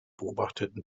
beobachteten